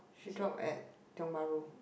she drop at Tiong Bahru